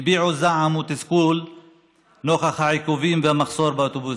הביעו זעם ותסכול נוכח העיכובים והמחסור באוטובוסים.